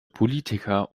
politiker